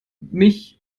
mich